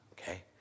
okay